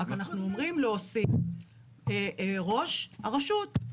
רק אנחנו אומרים להוסיף ראש הרשות,